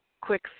quick